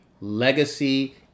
legacy